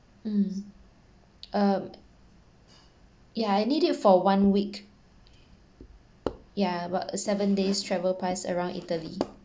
mm um yeah I need it for one week yeah about seven days travel pass around italy